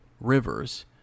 Rivers